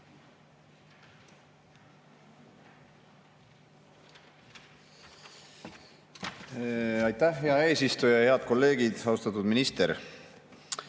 Aitäh, hea eesistuja! Head kolleegid! Austatud minister!